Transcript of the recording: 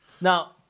Now